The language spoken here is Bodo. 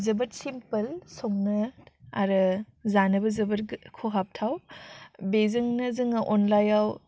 जोबोद सिमपोल संनो आरो जानोबो जोबोर खहाबथाव बिजोंनो जोङो अनलायाव